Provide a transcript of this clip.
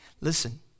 Listen